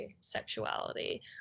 sexuality